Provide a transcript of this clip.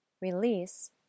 release